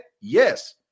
Yes